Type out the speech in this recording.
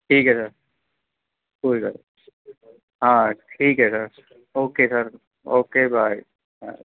ਠੀਕ ਹੈ ਸਰ ਕੋਈ ਗੱਲ ਨਹੀਂ ਹਾਂ ਠੀਕ ਹੈ sir okay sir okay bye bye